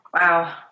wow